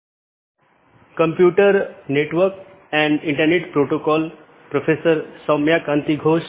नमस्कार हम computer network और इंटरनेट पाठ्यक्रम पर अपनी चर्चा जारी रखेंगे